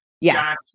Yes